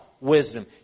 wisdom